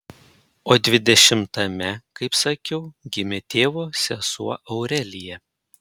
o dvidešimtame kaip sakiau gimė tėvo sesuo aurelija